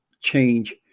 change